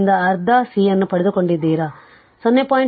ಆದ್ದರಿಂದ ಅರ್ಧ C ಅನ್ನು ಪಡೆದುಕೊಂಡಿದ್ದೀರಾ 0